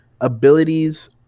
abilities